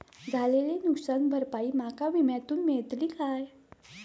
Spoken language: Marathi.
झालेली नुकसान भरपाई माका विम्यातून मेळतली काय?